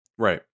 Right